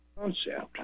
concept